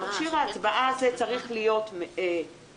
מכשיר ההצבעה הזה צריך להיות יעיל,